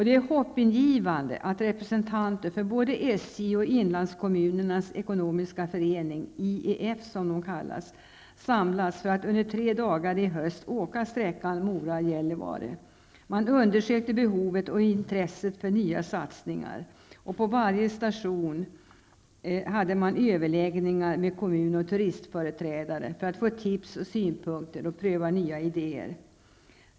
Det är hoppingivande att representanter för både Förening samlats för att under tre dagar i höst åka sträckan Mora--Gällivare. Man undersökte behovet av och intresset för nya satsningar. På varje station hade man överläggningar med kommun och turistnäringsföreträdare för att få tips och synpunkter och pröva nya idéer.